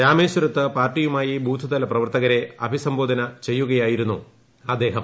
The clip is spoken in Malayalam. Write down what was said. രാമേശ്വരത്ത് പാർട്ടിയുടെ ബൂത്ത്തല പ്രവർത്തകരെ അഭിസംബോധന ചെയ്യുകയായിരുന്നു അദ്ദേഹം